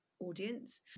audience